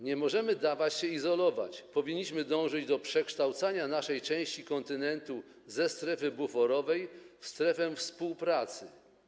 Nie możemy dawać się izolować, powinniśmy dążyć do przekształcania naszej części kontynentu ze strefy buforowej w strefę współpracy.